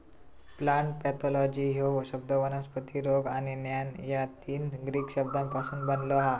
plant pathology ह्यो शब्द वनस्पती रोग आणि ज्ञान या तीन ग्रीक शब्दांपासून बनलो हा